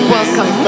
Welcome